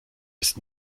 ist